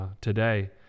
today